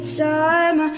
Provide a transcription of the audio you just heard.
time